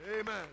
Amen